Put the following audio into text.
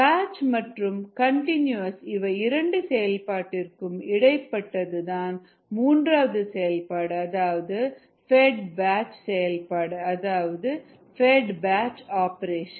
batch மற்றும் continuous இவை இரண்டு செயல்பாட்டிற்கும் இடைப்பட்டது தான் மூன்றாவது செயல்பாடு அதாவது ஃபெட் பேட்ச் செயல்பாடு அதாவது ஃபெட் பேட்ச் ஆப்ரேஷன்